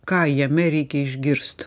ką jame reikia išgirst